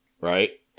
right